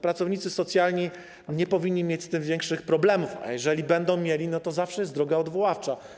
Pracownicy socjalni nie powinni mieć z tym większych problemów, a jeżeli będą mieli, to zawsze jest droga odwoławcza.